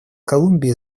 колумбии